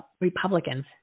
Republicans